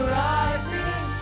rising